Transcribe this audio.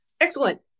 Excellent